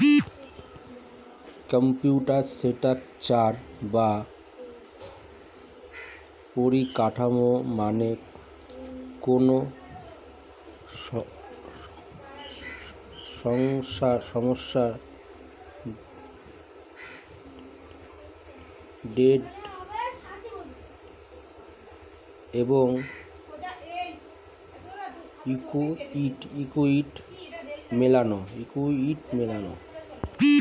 capital structure বা পরিকাঠামো মানে কোনো সংস্থার ডেট এবং ইকুইটি মেলানো